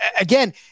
again